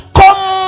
come